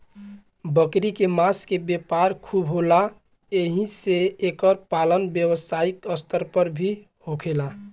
बकरी के मांस के व्यापार खूब होला एही से एकर पालन व्यवसायिक स्तर पर भी होखेला